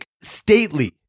stately